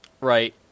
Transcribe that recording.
Right